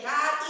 God